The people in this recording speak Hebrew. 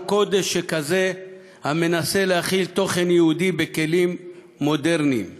קודש שכזה המנסה להכיל תוכן יהודי בכלים מודרניים